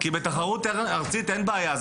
כי בתחרות ארצית אין בעיה,